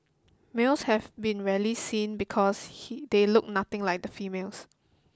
males have been rarely seen because he they look nothing like the females